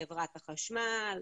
חברת החשמל,